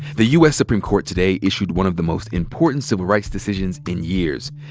the u. s. supreme court today issued one of the most important civil rights decisions in years,